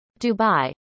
Dubai